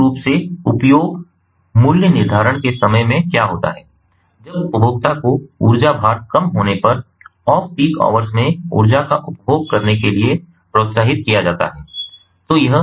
मूल रूप से उपयोग मूल्य निर्धारण के समय में क्या होता है जब उपभोक्ताओं को ऊर्जा भार कम होने पर ऑफ पीक आवर्स में ऊर्जा का उपभोग करने के लिए प्रोत्साहित किया जाता है